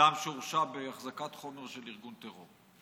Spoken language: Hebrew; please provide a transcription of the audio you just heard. אדם שהורשע בהחזקת חומר של ארגון טרור.